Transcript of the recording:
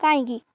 କାହିଁକି